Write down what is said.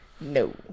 No